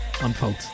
Unfold